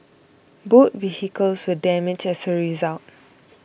both vehicles were damaged as a result